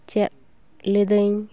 ᱪᱮᱫ ᱞᱤᱫᱟᱹᱧ